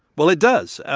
well, it does.